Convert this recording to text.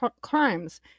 crimes